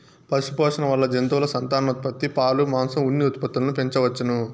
పశుపోషణ వల్ల జంతువుల సంతానోత్పత్తి, పాలు, మాంసం, ఉన్ని ఉత్పత్తులను పెంచవచ్చును